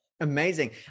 Amazing